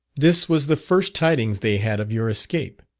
this was the first tidings they had of your escape.